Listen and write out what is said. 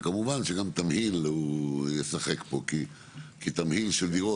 וכמובן שגם תמהיל ישחק פה כי תמהיל של דירות,